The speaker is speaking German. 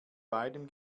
beidem